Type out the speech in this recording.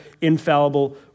infallible